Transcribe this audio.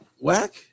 whack